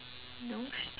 no